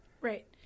Right